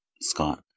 scott